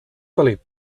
felip